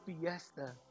fiesta